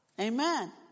Amen